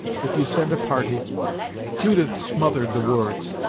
if you send a party judith smothered the words,